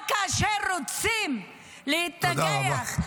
רק כאשר רוצים להתנגח -- תודה רבה.